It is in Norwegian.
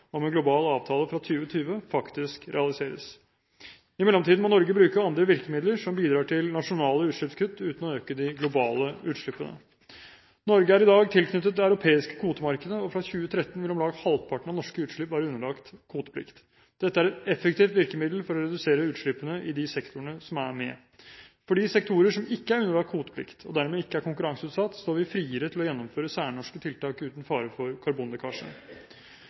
om en global avtale fra 2020 faktisk realiseres. I mellomtiden må Norge bruke andre virkemidler som bidrar til nasjonale utslippskutt, uten å øke de globale utslippene. Norge er i dag tilknyttet det europeiske kvotemarkedet, og fra 2013 vil om lag halvparten av norske utslipp være underlagt kvoteplikt. Dette er et effektivt virkemiddel for å redusere utslippene i de sektorene som er med. For de sektorene som ikke er underlagt kvoteplikt, og dermed ikke er konkurranseutsatt, står vi friere til å gjennomføre særnorske tiltak uten fare for karbonlekkasje.